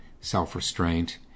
self-restraint